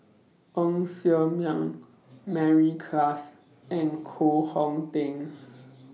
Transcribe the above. Ng Ser Miang Mary Klass and Koh Hong Teng